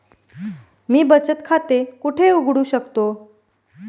मी बचत खाते कुठे उघडू शकतो?